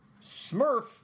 Smurf